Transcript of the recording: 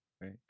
right